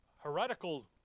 heretical